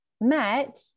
met